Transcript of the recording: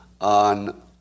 on